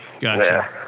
Gotcha